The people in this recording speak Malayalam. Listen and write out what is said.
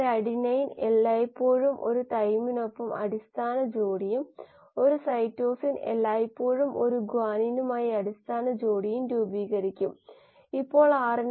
കോശങ്ങൾ തന്നെ ജൈവ ഉൽപ്പന്നങ്ങളാകുമ്പോൾ വളർച്ചയ്ക്കായുള്ള മോഡലുകൾ ആണ് അല്ലെങ്കിൽ ഓരോ കോശവും ഒരു ഉൽപ്പന്നം നിർമ്മിക്കാൻ പോകുന്നുവെന്ന് നിങ്ങൾക്കറിയാം